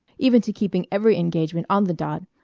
even to keeping every engagement on the dot,